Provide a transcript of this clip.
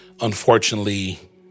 unfortunately